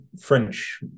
french